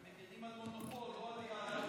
אתם מגינים על מונופול, לא על היהדות.